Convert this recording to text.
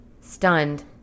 Stunned